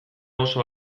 oso